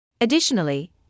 Additionally